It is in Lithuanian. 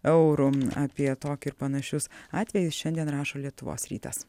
eurų apie tokį ir panašius atvejus šiandien rašo lietuvos rytas